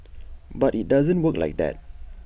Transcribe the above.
but IT doesn't work like that